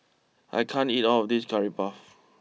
I can't eat all of this Curry Puff